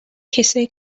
کسایی